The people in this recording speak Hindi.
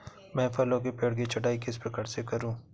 मैं फलों के पेड़ की छटाई किस प्रकार से करूं?